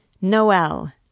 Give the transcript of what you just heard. Noel